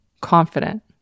confident